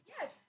Yes